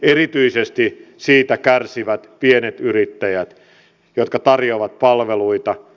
erityisesti siitä kärsivät pienet yrittäjät jotka tarjoavat palveluita